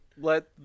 let